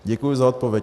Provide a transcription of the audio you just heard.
Děkuji za odpověď.